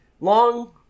long